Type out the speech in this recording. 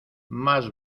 más